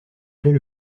plait